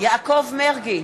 יעקב מרגי,